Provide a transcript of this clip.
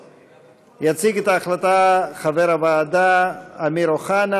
ותועבר לוועדת הכספים להכנתה לקריאה ראשונה,